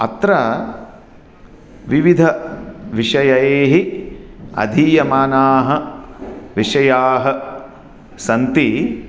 अत्र विविधैः विषयैः अधीयमानाः विषयाः सन्ति